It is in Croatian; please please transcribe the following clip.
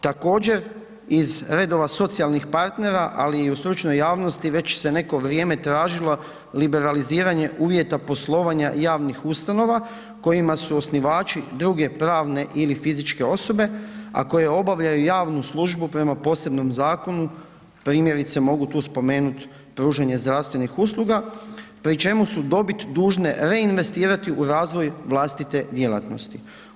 Također iz redova socijalnih partnera, ali i u stručnoj javnosti već se neko vrijeme tražilo liberaliziranje uvjeta poslovanja javnih ustanova kojima su osnivači druge pravne ili fizičke osobe, a koje obavljaju javnu službu prema posebnom zakonu, primjerice mogu tu spomenuti pružanje zdravstvenih usluga, pri čemu su dobit dužne reinvestirati u razvoj vlastite djelatnosti.